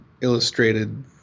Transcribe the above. illustrated